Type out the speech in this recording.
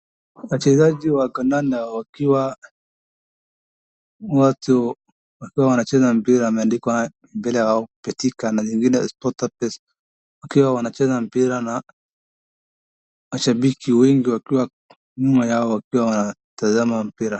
Wachezaji wa Kandanda wakiwa watu wakiwa wanacheza mpira ameandikwa mbele yao Betika na nyingine SportPesa wakiwa wanacheza mpira na mashabiki wengi wakiwa nyuma yao wakiwa wanatazama mpira.